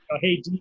hey